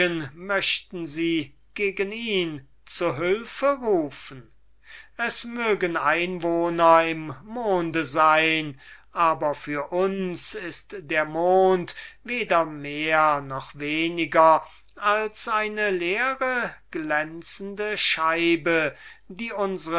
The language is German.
möchten sie gegen ihn zu hülfe rufen es mögen einwohner im monde sein für uns ist der mond weder mehr noch weniger als eine leere glänzende scheibe die